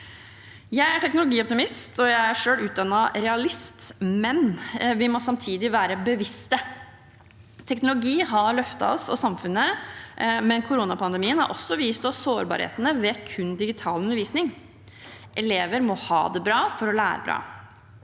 Jeg er teknologioptimist, og jeg er selv utdannet realist, men vi må samtidig være bevisste. Teknologi har løftet oss og samfunnet, men koronapandemien har også vist oss sårbarhetene ved kun digital undervisning. Elever må ha det bra for å lære bra.